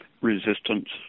resistance